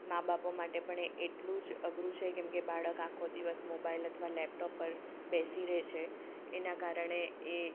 માં બાપો માટે પણ એ એટલું જ અઘરું છે કેમકે બાળક આખો દિવસ મોબાઈલ અથવા લેપટોપ પર બેસી રહેશે એના કારણે એ